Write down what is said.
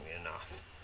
enough